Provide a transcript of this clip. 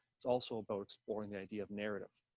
it's also about exploring the idea of narrative.